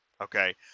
Okay